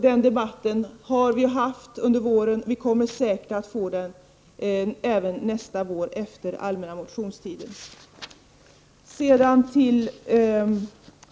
Den debatten har vi haft under våren, och vi kommer säkert att föra den igen efter den allmänna motionstiden nästa vår.